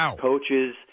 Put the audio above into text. coaches